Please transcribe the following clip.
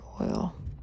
oil